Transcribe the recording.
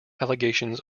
allegations